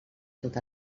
tot